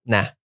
Nah